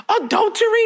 Adultery